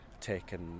taken